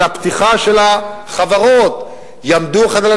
של הפתיחה של החברות יעמדו האחד ליד